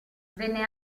venne